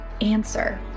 answer